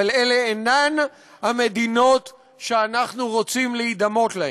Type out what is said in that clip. אבל אלה אינן המדינות שאנחנו רוצים להידמות להן.